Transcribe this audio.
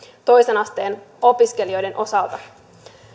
toisen asteen opiskelijoiden osalta